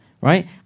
right